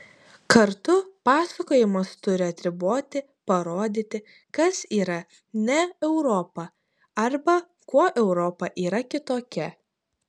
kartu pasakojimas turi atriboti parodyti kas yra ne europa arba kuo europa yra kitokia